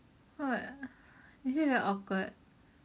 what is it very awkward